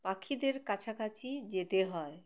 পাখিদের কাছাকাছি যেতে হয়